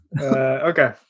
Okay